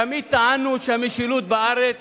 תמיד טענו שהמשילות בארץ